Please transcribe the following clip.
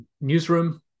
newsroom